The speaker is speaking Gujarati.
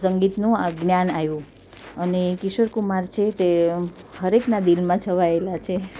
સંગીતનું આ જ્ઞાન આવ્યું અને કિશોર કુમાર છે તે હરેકના દિલમાં છવાએલા છે